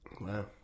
wow